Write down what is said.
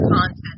content